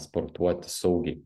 sportuoti saugiai